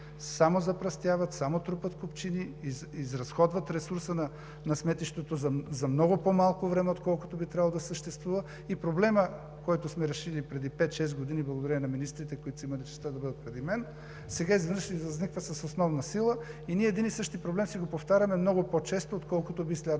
само запръстяват, само трупат купчини, изразходват ресурса на сметището за много по-малко време, отколкото би трябвало да съществува и проблемът, който сме решили преди пет, шест години благодарение на министрите, които са имали честта да бъдат преди мен, сега изведнъж изниква с основна сила. Ние един и същи проблем си го повтаряме много по-често, отколкото би следвало